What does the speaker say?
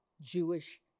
Jewish